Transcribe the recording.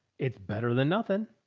it's better than nothing.